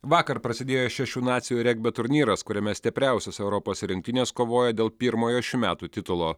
vakar prasidėjo šešių nacijų regbio turnyras kuriame stipriausios europos rinktinės kovoja dėl pirmojo šių metų titulo